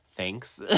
thanks